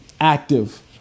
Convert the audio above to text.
active